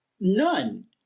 None